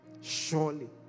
Surely